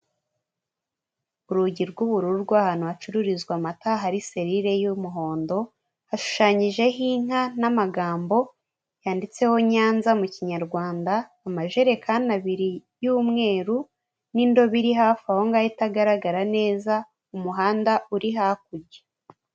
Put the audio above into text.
Urugi rw'ubururu rw'ahantu hacururizwa amata, hari selire y'umuhondo, hashushanyijeho inka, n'amagambo yanditseho Nyanza, mu Kinyarwanda, amajerekani abiri y'umweru, n'indobo iri hafi ahongaho itagaragara neza, umuhanda uri hakurya.